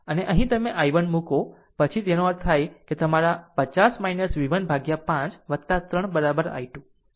આમ અહીં તમે i1 મૂકો પછી તે તેનો અર્થ એ કે તમારા 50 v1 ભાગ્યા 5 3 i2